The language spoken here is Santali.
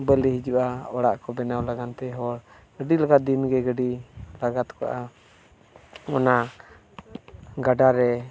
ᱵᱟᱹᱞᱤ ᱦᱤᱡᱩᱜᱼᱟ ᱚᱲᱟᱜ ᱠᱚ ᱵᱮᱱᱟᱣ ᱞᱟᱜᱟᱱ ᱛᱮ ᱦᱚᱲ ᱟᱹᱰᱤ ᱞᱮᱠᱟ ᱫᱤᱱ ᱜᱮ ᱜᱟᱹᱰᱤ ᱞᱟᱜᱟᱛ ᱠᱚᱜᱼᱟ ᱚᱱᱟ ᱜᱟᱰᱟᱨᱮ